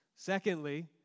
Secondly